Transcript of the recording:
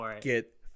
get